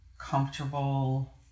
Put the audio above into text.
comfortable